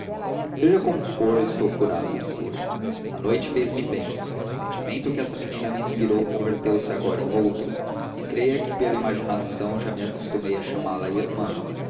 seja como for estou curado disse ele a noite fez-me bem o sentimento que essa menina me inspirou converteu-se agora em outro e creia que pela imaginação já me acostumei a chamá-la irmã